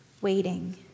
waiting